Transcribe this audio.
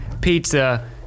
Pizza